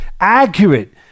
accurate